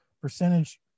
percentage